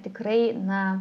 tikrai na